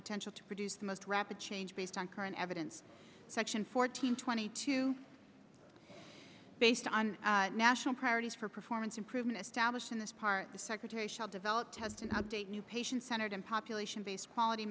potential to produce the most rapid change based on current evidence section fourteen twenty two based on national priorities for performance improvement established in this part the secretary shall developed as an update new patient centered on population based quality